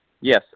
Yes